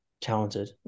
talented